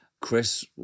Chris